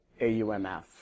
AUMF